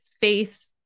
faith